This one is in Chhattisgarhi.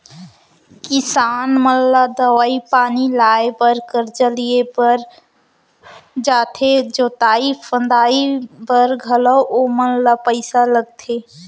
किसान मन ला दवई पानी लाए बर करजा लिए बर पर जाथे जोतई फंदई बर घलौ ओमन ल पइसा लगथे